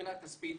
מבחינה כספית,